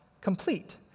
complete